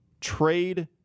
trade